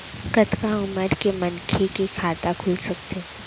कतका उमर के मनखे के खाता खुल सकथे?